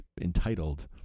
entitled